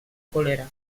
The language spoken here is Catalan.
còlera